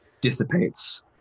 dissipates